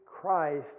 Christ